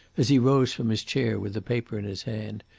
as he rose from his chair with the paper in his hand,